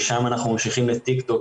משם אנחנו ממשיכים לטיקטוק,